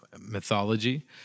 mythology